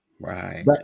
Right